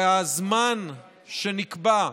שהזמן שנקבע,